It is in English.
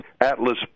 atlas